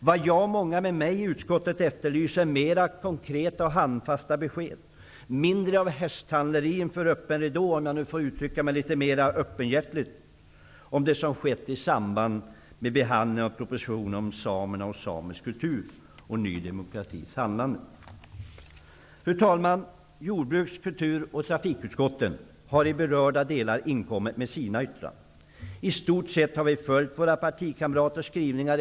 Vad jag och många med mig i utskottet efterlyser är mera konkreta och handfasta besked, mindre av hästhandleri inför öppen ridå, om jag nu får uttrycka mig litet mer öppenhjärtigt om Ny demokratis handlande i samband med behandlingen av propositionen om samerna och samisk kultur. Fru talman! Jordbruks-, kultur och trafikutskotten har i berörda delar inkommit med sina yttranden över betänkandet.